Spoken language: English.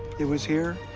it was here,